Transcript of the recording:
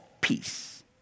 Peace